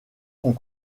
sont